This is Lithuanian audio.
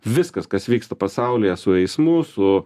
viskas kas vyksta pasaulyje su eismu su